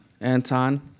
Anton